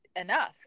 enough